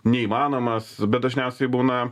neįmanomas bet dažniausiai būna